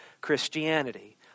Christianity